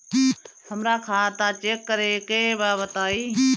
हमरा खाता चेक करे के बा बताई?